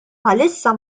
bħalissa